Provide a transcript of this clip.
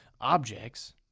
objects